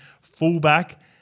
fullback